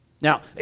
Now